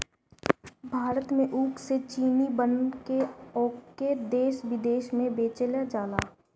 भारत में ऊख से चीनी बना के ओके देस बिदेस में बेचल जाला